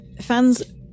fans